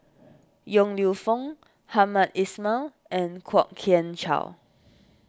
Yong Lew Foong Hamed Ismail and Kwok Kian Chow